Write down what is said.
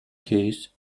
case